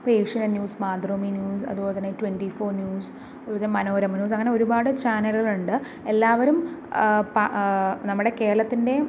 ഇപ്പോൾ Asianet news Mathrubhumi news അതുപോലെത്തന്നെ twenty four news Manorama news അങ്ങനെ ഒരുപാട് ചാനലുകളുണ്ട് എല്ലാവരും നമ്മൂടെ കേരളത്തിന്റെ